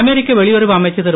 அமெரிக்க வெளியுறவு அமைச்சர் திரு